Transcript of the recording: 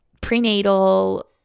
prenatal